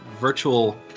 virtual